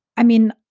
i mean,